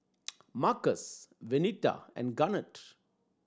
Marcus Venita and Garnett